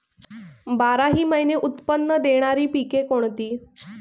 बाराही महिने उत्त्पन्न देणारी पिके कोणती?